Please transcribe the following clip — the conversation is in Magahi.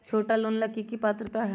छोटा लोन ला की पात्रता है?